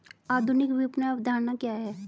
आधुनिक विपणन अवधारणा क्या है?